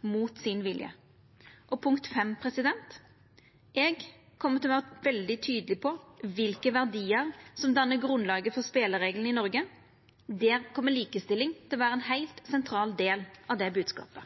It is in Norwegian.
mot sin vilje. For det femte kjem eg til å vera veldig tydeleg på kva for verdiar som dannar grunnlaget for spelereglane i Noreg. Der kjem likestilling til å vera ein heilt sentral del av bodskapet.